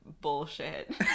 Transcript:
bullshit